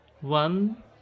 one